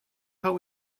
help